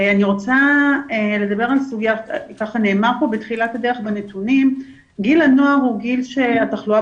נאמר כאן בתחילת הדרך בנתונים שגיל הנוער הוא גיל שהתחלואה